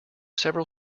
several